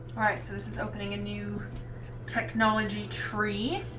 so is is opening a new technology tree